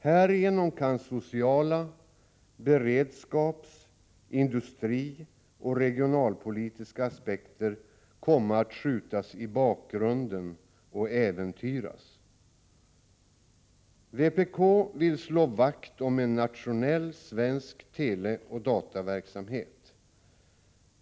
Härigenom kan sociala aspekter och beredskaps-, industrioch regionalpolitiska aspekter komma att skjutas i bakgrunden och äventyras. Vpk vill slå vakt om en nationell svensk teleoch dataverksamhet.